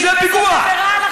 וזו עבירה על החוק במדינת ישראל.